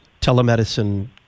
telemedicine